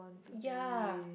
ya